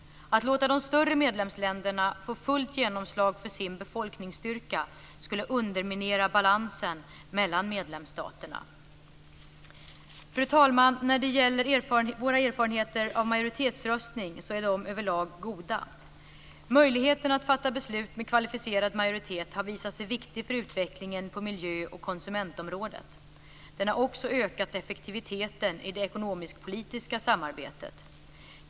Att låta de större medlemsländerna få fullt genomslag för sin befolkningsstyrka skulle underminera balansen mellan medlemsstaterna. Fru talman! Våra erfarenheter av majoritetsröstning är överlag goda. Möjligheten att fatta beslut med kvalificerad majoritet har visat sig viktig för utvecklingen på miljö och konsumentområdet. Den har också ökat effektiviteten i det ekonomisk-politiska samarbetet.